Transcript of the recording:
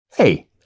Hey